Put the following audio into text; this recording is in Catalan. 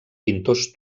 pintors